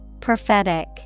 Prophetic